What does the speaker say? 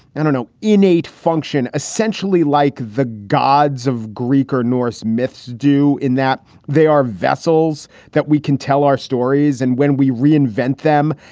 and know, innate function, essentially like the gods of greek or norse myths do, in that they are vessels that we can tell our stories. and when we reinvent them,